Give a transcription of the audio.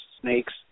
snakes